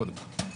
קודם כול.